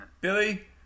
Billy